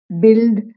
build